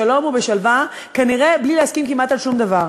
בשלום ובשלווה, כנראה בלי להסכים כמעט על שום דבר.